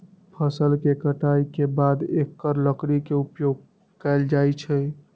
फ़सल के कटाई के बाद एकर लकड़ी के उपयोग कैल जाइ छइ